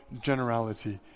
generality